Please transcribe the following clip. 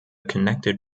connected